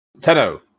Tenno